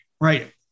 right